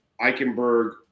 Eichenberg